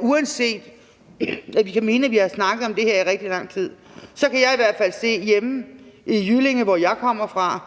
Uanset at vi kan mene, at vi har snakket om det her i rigtig lang tid, så kan jeg i hvert fald se hjemme i Jyllinge, hvor jeg kommer fra,